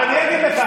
אני אגיד לך.